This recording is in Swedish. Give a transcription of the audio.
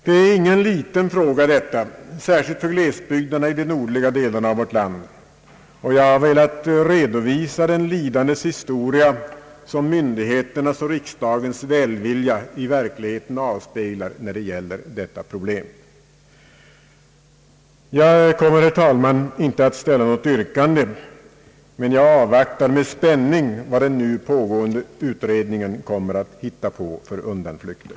Detta är ingen liten fråga särskilt för glesbygderna i de nordliga delarna av vårt land. Jag har velat redovisa den lidandes historia som myndigheternas och riksdagens välvilja i verkligheten avspeglar när det gäller detta problem. Jag avvaktar med spänning vad den nu åberopade utredningen kan hitta på för undanflykter.